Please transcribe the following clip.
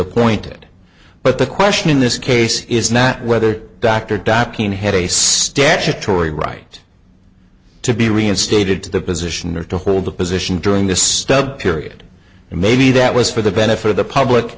appointed but the question in this case is not whether dr docking had a statutory right to be reinstated to the position or to hold a position during the stub period and maybe that was for the benefit of the public